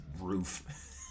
roof